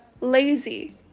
lazy